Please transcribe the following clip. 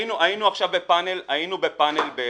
היינו עכשיו בפאנל באילת,